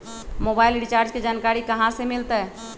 Mobile recharge के जानकारी कहा से मिलतै?